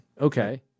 Okay